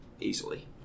Easily